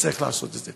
וצריך לעשות את זה.